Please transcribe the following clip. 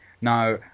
Now